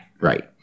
Right